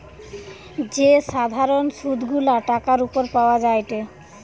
যে সাধারণ সুধ গুলা টাকার উপর পাওয়া যায়টে